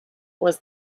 was